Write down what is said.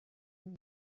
این